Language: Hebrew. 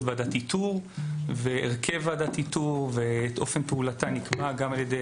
ועדת איתור והרכב ועדת איתור ואופן פעולתה נקבע גם על ידי